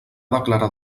declarar